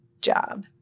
job